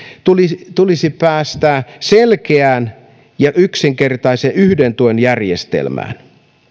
tulisi tulisi päästä selkeään ja yksinkertaiseen yhden tuen järjestelmään